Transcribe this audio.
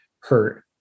hurt